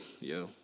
yo